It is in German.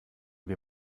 wir